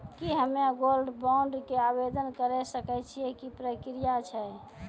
की हम्मय gold bond के आवदेन करे सकय छियै, की प्रक्रिया छै?